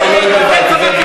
לא, אני לא התבלבלתי.